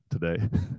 today